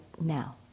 now